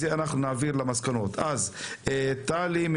טלי רוזנפלד,